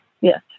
Yes